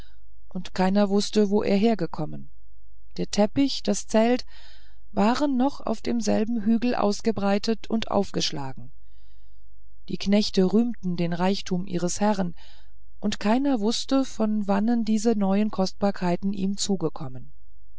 und keiner wußte wo er hergekommen der teppich das zelt waren da noch auf demselben hügel ausgebreitet und aufgeschlagen die knechte rühmten den reichtum ihres herrn und keiner wußte von wannen diese neuen kostbarkeiten ihm zugekommen